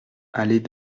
allées